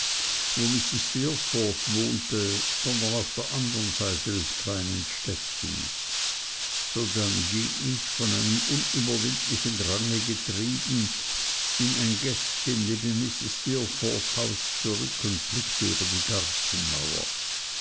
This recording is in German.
wo mrs steerforth wohnte sondern auf der an dern seite des kleinen städtchens sodann ging ich von einem unüberwindlichen drange getrieben in ein gäßchen neben mrs steerforths haus zurück und blickte über die gartenmauer